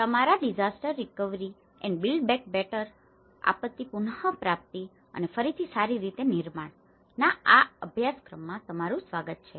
તમારા disaster recovery and build back better disaster recovery and build back better આપત્તી પુનપ્રાપ્તિ અને ફરીથી સારી રીતે નિર્માણ ના આ અભ્યાસક્રમમાં તમારું સ્વાગત છે